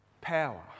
power